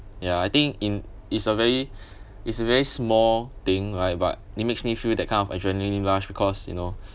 ya I think in it's a very it's a very small thing right but it makes me feel that kind of adrenaline rush because you know